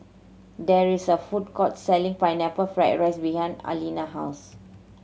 there is a food court selling Pineapple Fried rice behind Alina house